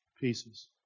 pieces